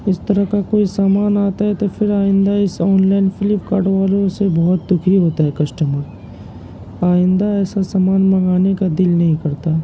اس طرح کا کوئی سامان آتا ہے تو پھر آئندہ اس آن لائن فلپ کارٹ والوں سے بہت دکھی ہوتا ہے کسٹمیر آئندہ ایسا سامان منگانے کا دل نہیں کرتا